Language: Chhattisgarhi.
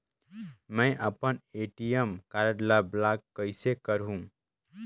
मै अपन ए.टी.एम कारड ल ब्लाक कइसे करहूं?